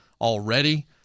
already